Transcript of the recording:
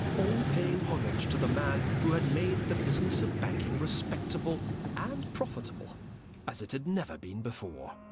all paying homage to the man who had made the business of banking respectable and profitable as it had never been before.